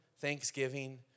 thanksgiving